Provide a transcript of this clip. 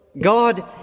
God